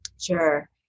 Sure